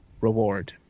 reward